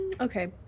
okay